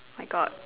my God